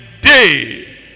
day